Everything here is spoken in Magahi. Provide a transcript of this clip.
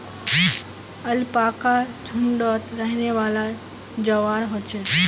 अलपाका झुण्डत रहनेवाला जंवार ह छे